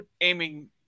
aiming